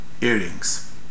earrings